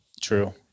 True